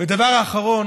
ודבר אחרון,